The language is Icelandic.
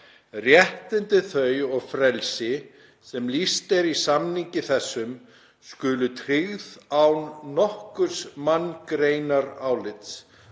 „Réttindi þau og frelsi, sem lýst er í samningi þessum, skulu tryggð án nokkurs manngreinarálits,